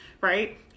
right